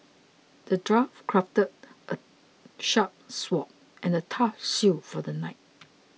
the dwarf crafted a sharp sword and a tough shield for the knight